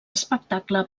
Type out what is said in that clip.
espectacle